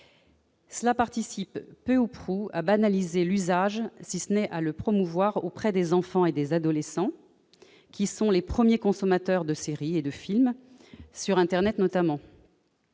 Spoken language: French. Cela participe peu ou prou à banaliser l'usage, si ce n'est à le promouvoir auprès des enfants et des adolescents, qui sont les premiers consommateurs de séries et de films, sur internet notamment.